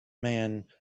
man